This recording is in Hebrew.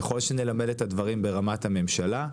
ככל שנלמד את הדברים ברמת הממשלה,